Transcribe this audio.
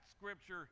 scripture